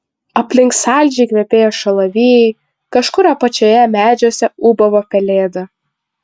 aplink saldžiai kvepėjo šalavijai kažkur apačioje medžiuose ūbavo pelėda